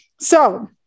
So-